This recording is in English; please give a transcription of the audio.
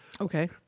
Okay